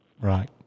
Right